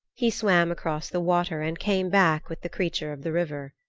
he swam across the water and came back with the creature of the river.